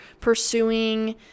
pursuing